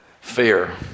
Fear